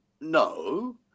no